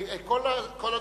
כל הדוברים,